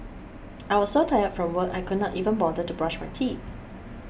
I was so tired from work I could not even bother to brush my teeth